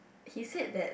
he said that